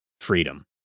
freedom